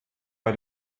bei